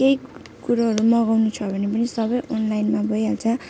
केही कुरोहरू मगाउनु छ भने पनि सबै अनलाइनमा भइहाल्छ